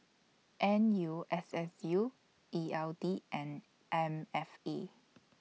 N U S S U E L D and M F E